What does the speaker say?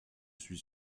suis